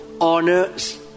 Honors